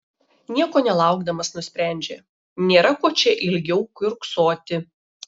nieko nelaukdamas nusprendžia nėra ko čia ilgiau kiurksoti